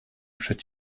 przed